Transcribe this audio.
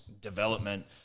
development